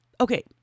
Okay